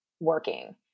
working